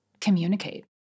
communicate